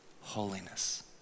holiness